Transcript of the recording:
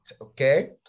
okay